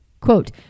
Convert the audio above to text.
Quote